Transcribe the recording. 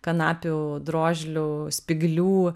kanapių drožlių spyglių